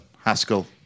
Haskell